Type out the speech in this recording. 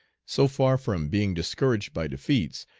so far from being discouraged by defeats,